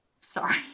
Sorry